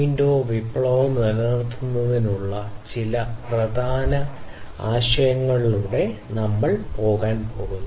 0 വിപ്ലവം നിലനിർത്തുന്നതിനുള്ള ചില സുപ്രധാന ആശയങ്ങളിലൂടെ നമ്മൾ പോകാൻ പോകുന്നു